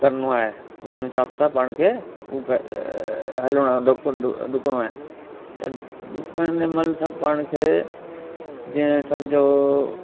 करिणो आहे उन हिसाब सां पाण खे हू हलणो आहे डु डुक डुकणो आहे त डुकंदे महिल सभु पाण खे जीअं सम्झो